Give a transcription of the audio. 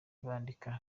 bandika